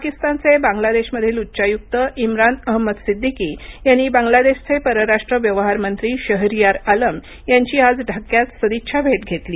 पाकिस्तानचे बांगलादेशमधील उच्चायुक्त इम्रान अहमद सिद्दीकी यांनी बांगलादेशये परराष्ट्र व्यवहार मंत्री शहरियार आलम यांची आज ढाक्यात सदिच्छा भेट घेतली